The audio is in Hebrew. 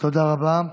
תודה רבה.